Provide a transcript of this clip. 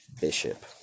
Bishop